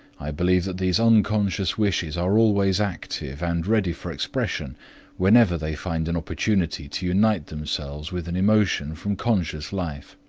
i believe that these unconscious wishes are always active and ready for expression whenever they find an opportunity to unite themselves with an emotion from conscious life,